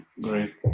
Great